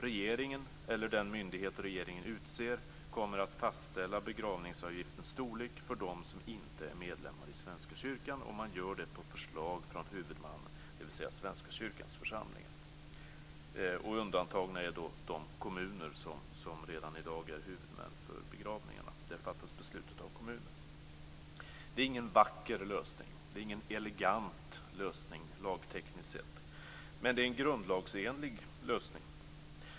Regeringen eller den myndighet regeringen utser kommer att fastställa begravningsavgiftens storlek för dem som inte är medlemmar i Svenska kyrkans församlingar. Undantagna är de kommuner som redan i dag är huvudmän för begravningarna. Där fattas beslutet av kommunen. Det är ingen vacker eller elegant lösning lagtekniskt sett. Men det är en grundlagsenlig lösning.